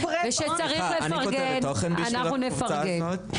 כשצריך לפרגן אנחנו מפרגנים.